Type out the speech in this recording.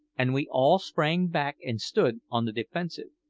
and we all sprang back and stood on the defensive.